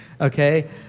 Okay